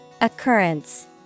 Occurrence